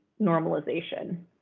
normalization